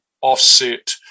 offset